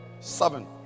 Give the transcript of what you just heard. Seven